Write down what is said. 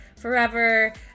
forever